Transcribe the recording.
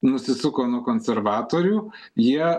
nusisuko nuo konservatorių jie